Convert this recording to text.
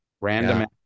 random